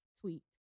tweet